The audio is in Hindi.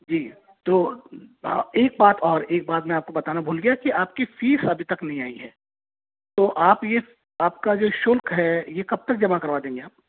जी तो एक बात और एक बात मैं आपको बताना भूल गया कि आपकी फीस अभी तक नहीं आई है तो आप ये आपका जो शुल्क है ये कब तक जमा करवा देंगी आप